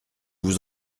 vous